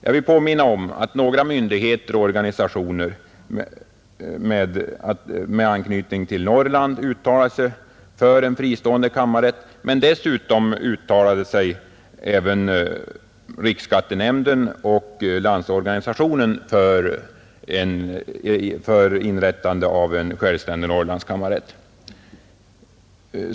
Jag vill påminna om att förutom myndigheter och organisationer med anknytning till Norrland även riksskattenämnden och LO uttalade sig för en självständig kammarrätt i Norrland.